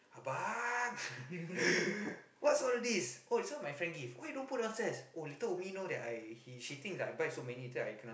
abang what's all this oh this one my friend give why you don't put downstairs oh later know that I she thinks I buy so many then I kena